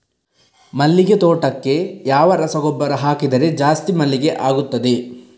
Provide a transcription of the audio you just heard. ಮಲ್ಲಿಗೆ ತೋಟಕ್ಕೆ ಯಾವ ರಸಗೊಬ್ಬರ ಹಾಕಿದರೆ ಜಾಸ್ತಿ ಮಲ್ಲಿಗೆ ಆಗುತ್ತದೆ?